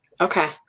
okay